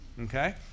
okay